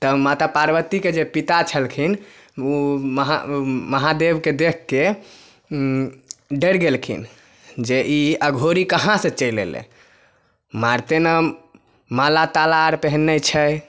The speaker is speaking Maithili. तब माता पार्वती के जे पिता छलखिन ऊ महा महादेव के देख के डैर गेलखिन जे ई अघौरी कहाँ से चैल एलै मारते नऽ माला ताला अर पेहेन्ने छै